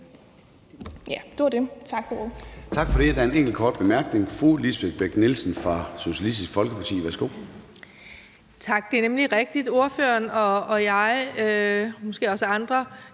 Ja, det var det. Tak for ordet.